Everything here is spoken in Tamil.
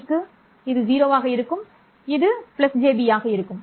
jb க்கு இது 0 ஆக இருக்கும் இது jb ஆக இருக்கும்